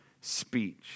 speech